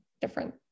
different